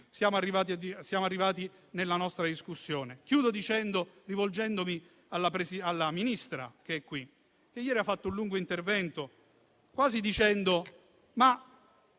siamo arrivati nella nostra discussione. Concludo rivolgendomi alla Ministra qui presente, che ieri ha fatto un lungo intervento, quasi chiedendo